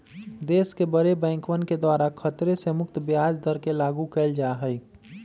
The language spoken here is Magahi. देश के बडे बैंकवन के द्वारा खतरे से मुक्त ब्याज दर के लागू कइल जा हई